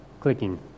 clicking